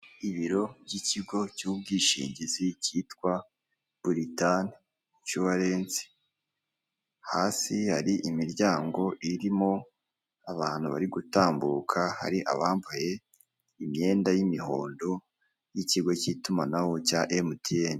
Ibiro by'ikigo cy'ubwishingizi cyitwa buritamu incuwarensi, hasi hari imiryango irimo abantu bari gutambuka hari abambaye imyenda y'imihondo y'ikigo cy'itumanaho cya emutiyene.